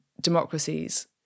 democracies